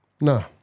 No